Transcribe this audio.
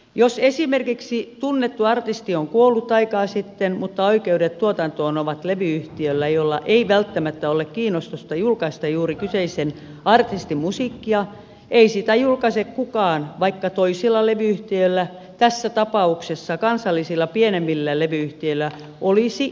jos esimerkiksi tunnettu artisti on kuollut aikaa sitten mutta oikeudet tuotantoon ovat levy yhtiöllä jolla ei välttämättä ole kiinnostusta julkaista juuri kyseisen artistin musiikkia ei sitä julkaise kukaan vaikka toisilla levy yhtiöillä tässä tapauksessa kansallisilla pienemmillä levy yhtiöillä olisi kiinnostusta tähän